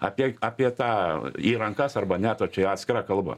apie apie tą į rankas arba neto čia atskira kalba